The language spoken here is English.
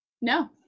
No